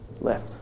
left